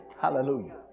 Hallelujah